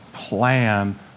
plan